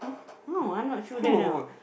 no I'm not sure there now